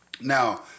Now